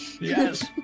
Yes